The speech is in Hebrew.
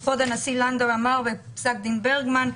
שאז אמר כבוד הנשיא לנדאו בפסק דין ברגמן: